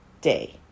day